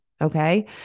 Okay